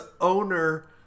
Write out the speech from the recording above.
owner